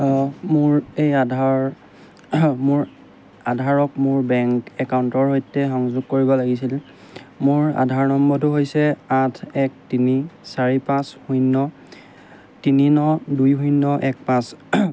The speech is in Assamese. আহ মোৰ এই আধাৰৰ মোৰ আধাৰক মোৰ বেংক একাউণ্টৰ সৈতে সংযোগ কৰিব লাগিছিল মোৰ আধাৰ নম্বৰটো হৈছে আঠ এক তিনি চাৰি পাঁচ শূন্য় তিনি ন দুই শূন্য় এক পাঁচ